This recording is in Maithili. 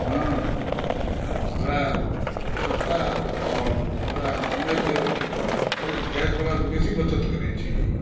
हँ बड़ा सस्ता आर बड़ा समयक ओ गैसवलासॅं बेसी बचत करै छै